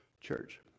Church